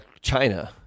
china